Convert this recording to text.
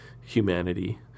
humanity